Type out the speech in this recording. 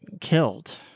killed